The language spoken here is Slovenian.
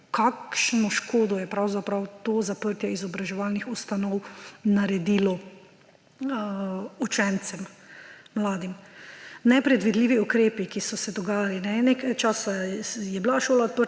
kakšno škodo je to zaprtje izobraževalnih ustanov naredilo učencem, mladim. Nepredvidljivi ukrepi, ki so se dogajali. Nekaj časa je bila šola